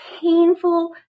painful